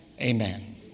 amen